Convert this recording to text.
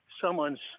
someone's –